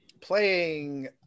Playing